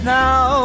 now